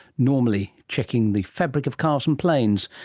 normally checking the fabric of cars and planes,